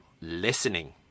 listening